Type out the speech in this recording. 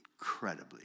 incredibly